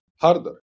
harder